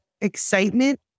excitement